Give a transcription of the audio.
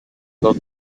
col